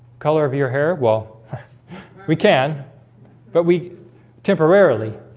color of your hair well we can but we temporarily